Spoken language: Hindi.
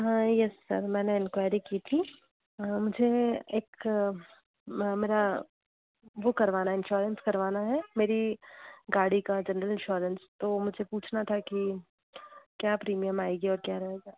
हाँ यस सर मैंने एंक्वायरी की थी मुझे एक मेरा वो करवाना है इंश्योरेंस करवाना है मेरी गाड़ी का जनरल इंश्योरेंस तो मुझे पूछना था कि क्या प्रीमियम आएगी और क्या रहेगा